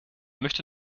möchte